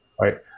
right